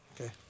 Okay